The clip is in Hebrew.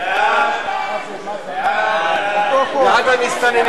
אני מבקש ממך, תנמיך את הווליום.